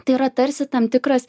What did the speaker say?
tai yra tarsi tam tikras